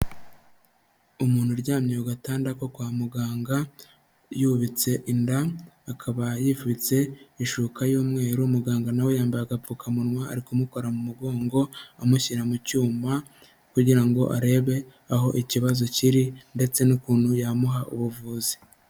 Umuntu uryamye ku gatanda ko kwa muganga yubitse inda, akaba yifubitse ishuka y'umweru, muganga na we yambaye agapfukamunwa ari kumukora mu mugongo amushyira mu cyuma, kugira ngo arebe aho ikibazo kiri ndetse n'ukuntu yamuha ubuvuzi.